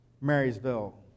Marysville